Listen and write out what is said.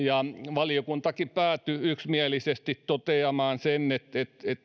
valiokuntakin päätyi yksimielisesti toteamaan sen että